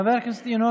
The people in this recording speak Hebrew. חבר הכנסת ינון